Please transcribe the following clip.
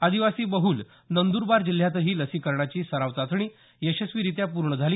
आदिवासी बहुल नंदूरबार जिल्ह्यातही लसीकरणाची सराव चाचणी यशस्वीरित्या पूर्ण झाली